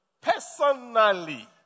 personally